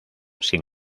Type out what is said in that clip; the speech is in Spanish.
sin